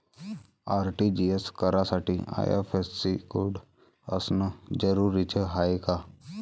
RTGS करासाठी IFSC code असनं जरुरीच हाय का?